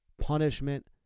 punishment